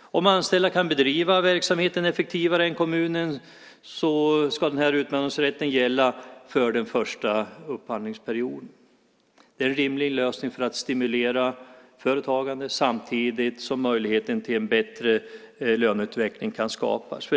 Om anställda kan bedriva verksamheten effektivare än kommunen så ska utmaningsrätten gälla för den första upphandlingsperioden. Det är en rimlig lösning för att stimulera företagandet samtidigt som möjligheten till en bättre löneutveckling kan skapas.